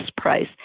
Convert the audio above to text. price